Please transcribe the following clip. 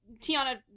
Tiana